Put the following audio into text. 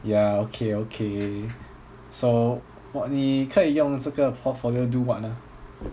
ya okay okay so what 你可以用这个 portfolio do what ah